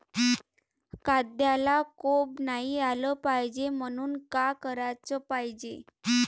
कांद्याला कोंब नाई आलं पायजे म्हनून का कराच पायजे?